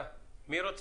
מעוניינת